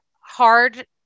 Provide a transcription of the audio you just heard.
hard